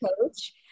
coach